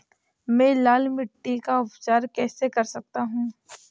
मैं लाल मिट्टी का उपचार कैसे कर सकता हूँ?